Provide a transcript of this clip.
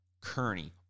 Kearney